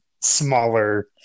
smaller